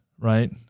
right